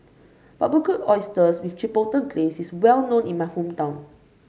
Barbecued Oysters with Chipotle Glaze is well known in my hometown